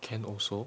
can also